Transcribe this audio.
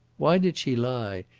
why did she lie,